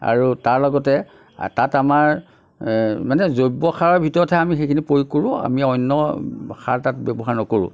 আৰু তাৰ লগতে তাত আমাৰ মানে জৈৱ সাৰৰ ভিতৰতহে আমি সেইখিনি প্ৰয়োগ কৰোঁ আমি অন্য় সাৰ তাত ব্য়ৱহাৰ নকৰোঁ